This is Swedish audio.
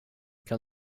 kan